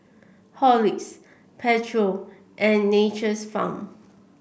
Horlicks Pedro and Nature's Farm